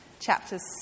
chapters